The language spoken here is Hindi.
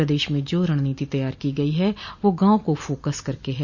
प्रदेश में जो रणनीति तैयार की गयी है वह गांव को फोकस करके है